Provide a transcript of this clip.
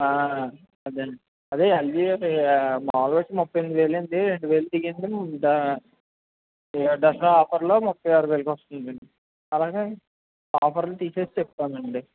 ఆ అదే అండి అదే ఎల్జీ అవి మామూలుగా అయితే ముప్పై ఎనిమిది వేలండి రెండు వేలు తీసేసి దా ద దసరా ఆఫరులో ముప్పై ఆరు వేలకొస్తుందండి అలాగే ఆఫర్లు తీసేసి చెప్పామండి